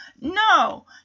No